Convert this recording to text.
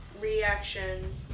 Reaction